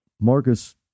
Marcus